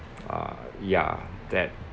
uh ya that